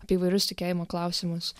apie įvairius tikėjimo klausimus